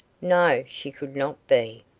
no she could not be.